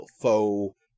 faux